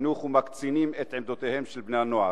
החינוך ומקצינים את עמדותיהם של בני-הנוער.